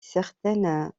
certaines